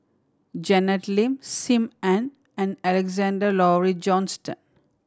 Janet Lim Sim Ann and Alexander Laurie Johnston